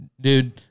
dude